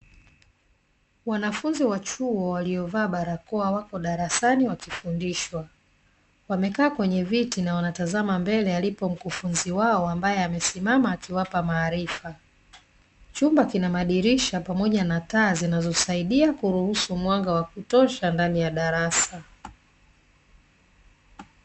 Wanafunzi wa chuo waliovaa barakoa wako darasani wakifundishwa. Wamekaa kwenye viti na wanatazama mbele alipo mkufunzi wao ambaye amesimama akiwapa maarifa. Chumba kina madirisha pamoja na taa zinazosaidia kuruhusu mwanga wa kutosha ndani ya darasa.